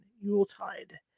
Yuletide